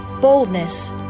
boldness